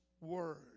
word